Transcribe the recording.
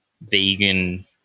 vegan